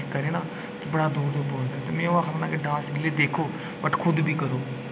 करै ना ते बड़ा दूर दूर पुज्जदा ऐ ते मैं ओह् आखनां डांस रीलें दिक्खो बट्ट खुद बी करो